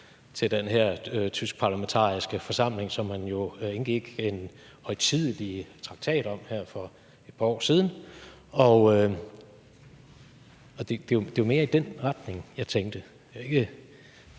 til den her tysk-franske parlamentariske forsamling, som man jo indgik en højtidelig traktat om her for et par år siden, og det er jo mere i den retning, jeg tænkte. Det er ikke